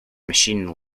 machine